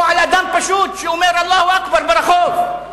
או על אדם פשוט שאומר "אללהו אכבר" ברחוב.